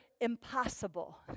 impossible